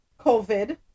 COVID